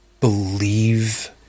believe